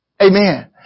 Amen